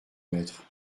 maître